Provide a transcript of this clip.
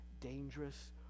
dangerous